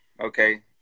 Okay